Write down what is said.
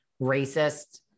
racist